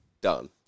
done